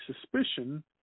suspicion